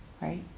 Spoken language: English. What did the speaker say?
right